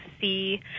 see